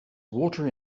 water